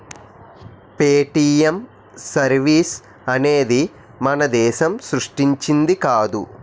Paytm service అనేది మన దేశం సృష్టించింది కాదు